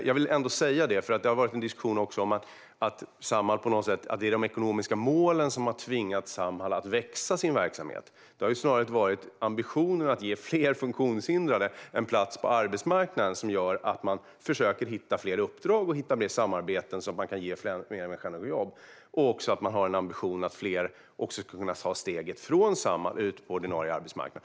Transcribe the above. Jag vill ändå säga detta, för det har också varit en diskussion om att det på något sätt är de ekonomiska målen som har tvingat Samhall att utöka sin verksamhet. Det har ju snarare varit ambitionen att ge fler funktionshindrade en plats på arbetsmarknaden som har gjort att man har försökt hitta fler uppdrag och mer samarbeten. Det handlar om att ge fler människor ett jobb. Man har också en ambition att fler ska kunna ta steget från Samhall ut på den ordinarie arbetsmarknaden.